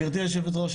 גבירתי היושבת-ראש,